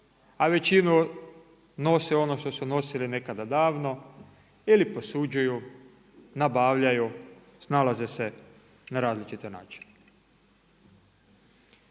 a većinu nose ono što su nosili nekada davno ili posuđuju, nabavljaju, snalaze se na različite načine.